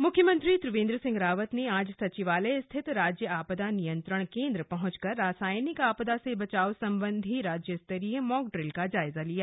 mock drill मुख्यमंत्री त्रिवेंद्र सिंह रावत ने आज सचिवालय स्थित राज्य आपदा नियंत्रण केन्द्र पहुंचकर रासायनिक आपदा से बचाव संबंधी राज्य स्तरीय मॉक ड्रिल का जायजा लिया